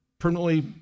Permanently